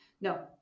No